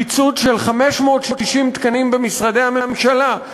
קיצוץ של 560 תקנים במשרדי הממשלה,